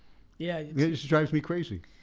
yeah yeah it just drives me crazy.